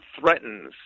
threatens